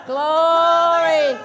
Glory